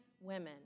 women